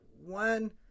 One